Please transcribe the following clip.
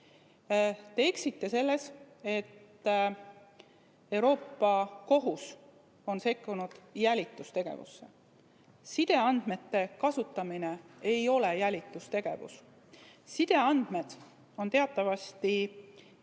Te eksite selles, et Euroopa Kohus on sekkunud jälitustegevusse. Sideandmete kasutamine ei ole jälitustegevus. Sideandmed on teatavasti